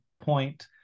point